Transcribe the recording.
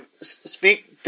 speak